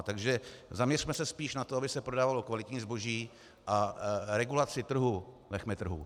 Takže zamiřme se spíš na to, aby se prodávalo kvalitní zboží, a regulaci trhu nechme trhu.